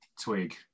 twig